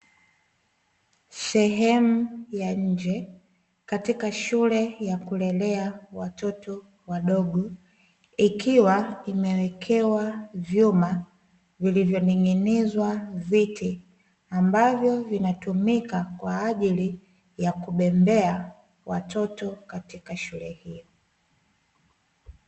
Sehemu ya nje katika shule ya kulelea watoto wadogo ikiwa imewekewa vyuma vilivyoning'inizwa viti, ambavyo vinatumika kwa ajili ya kubembea watoto katika shule hiyo.